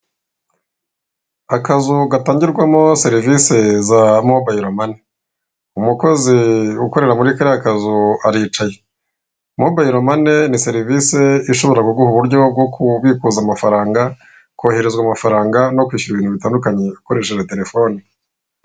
Akazu gatangirwamo serivisi za mobile money umukozi ukorera muri kariya kazu aricaye mobile money ni serivisi ishobora kuguha uburyo bwo kubikuza amafaranga kohereza amafaranga no kwishyura ibintu bitandukanye akoresheje telefoni.